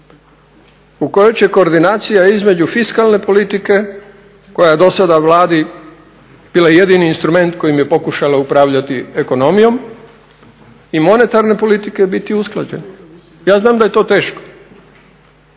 u kojoj će koordinacija između fiskalne politike koja je do sada Vladi bila jedini instrument kojim je pokušala upravljati ekonomijom i monetarne politike biti usklađene. Ja znam da je to teško